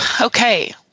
Okay